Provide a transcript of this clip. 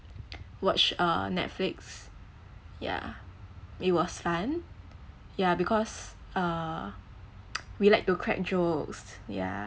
watch uh netflix ya it was fun ya because uh we like to crack jokes ya